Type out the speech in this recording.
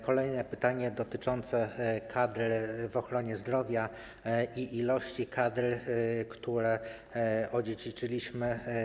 Kolejne pytanie dotyczące kadr w ochronie zdrowia i kadr, które odziedziczyliśmy.